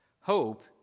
Hope